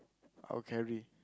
I'll carry